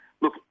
Look